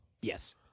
Yes